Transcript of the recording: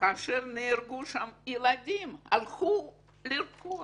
כאשר נהרגו שם ילדים שהלכו לרקוד.